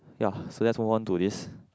ya so let's move on to this